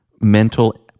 mental